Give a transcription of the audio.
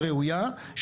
הראויה,